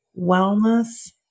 wellness